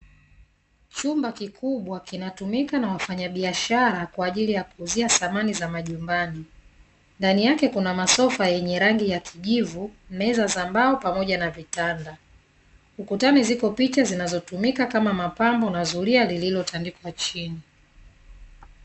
Chumba kikubwa kinatumika na wafanyabiashara kwa ajili ya kuuzia samani za majumbani ndani yake kuna masofa yenye rangi ya kijivu, meza za mbao pamoja na vitanda, ukutani zipo picha zinazotumika kama mapambo na zuria lililotandikwa chini.